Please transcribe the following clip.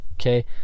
Okay